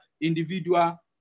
individual